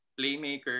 playmaker